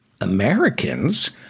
Americans